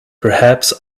perhaps